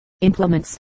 implements